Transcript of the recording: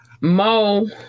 Mo